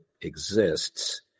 exists